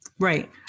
Right